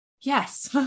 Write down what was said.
Yes